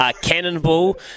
Cannonball